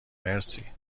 مرسی